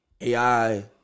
AI